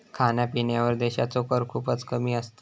खाण्यापिण्यावर देशाचो कर खूपच कमी असता